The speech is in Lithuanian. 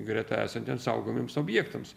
greta esantiems saugomiems objektams